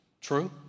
True